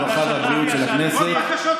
הרווחה והבריאות של הכנסת.